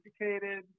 educated